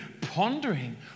pondering